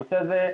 הנושא הזה,